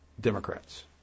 Democrats